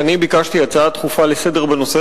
שאני ביקשתי הצעה דחופה לסדר-היום בנושא